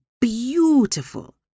beautiful